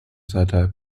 satire